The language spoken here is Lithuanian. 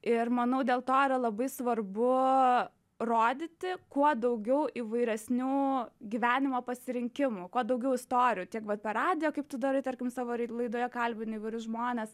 ir manau dėl to yra labai svarbu rodyti kuo daugiau įvairesnių gyvenimo pasirinkimų kuo daugiau istorijų tiek vat per radiją kaip tu darai tarkim savo rei laidoje kalbini įvairius žmones